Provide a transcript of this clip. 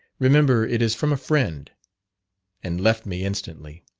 remember it is from a friend and left me instantly.